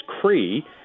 Cree